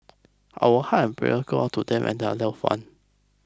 our heart prayer go out to them and their loved ones